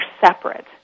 separate